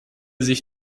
sich